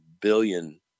billion